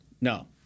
No